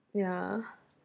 yeah